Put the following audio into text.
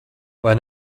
vai